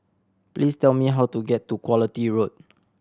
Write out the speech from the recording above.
please tell me how to get to Quality Road